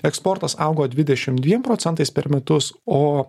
eksportas augo dvidešim dviem procentais per metus o